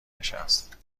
نشست